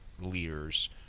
leaders